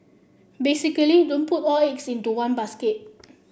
basically don't put all your eggs into one basket